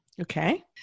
Okay